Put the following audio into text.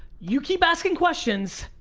you keep asking questions,